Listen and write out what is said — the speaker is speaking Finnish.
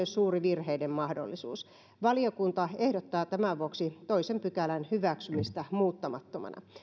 suuri virheiden mahdollisuus valiokunta ehdottaa tämän vuoksi toisen pykälän hyväksymistä muuttamattomana